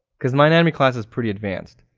because my anatomy class is pretty advanced.